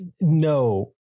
No